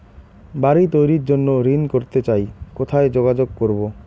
বাড়ি তৈরির জন্য ঋণ করতে চাই কোথায় যোগাযোগ করবো?